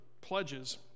pledges